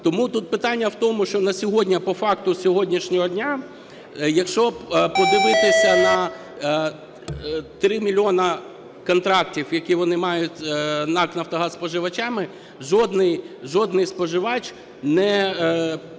Тому тут питання в тому, що на сьогодні по факту сьогоднішнього дня, якщо подивитися на 3 мільйони контрактів, які вони мають, НАК "Нафтогаз" з споживачами, жодний споживач не